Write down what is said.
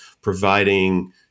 providing